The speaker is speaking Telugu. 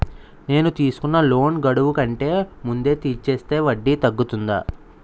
నేను తీసుకున్న లోన్ గడువు కంటే ముందే తీర్చేస్తే వడ్డీ తగ్గుతుందా?